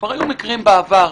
כבר היו מקרים בעבר,